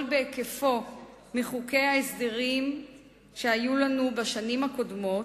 בהיקפו מחוקי ההסדרים שהיו לנו בשנים הקודמות,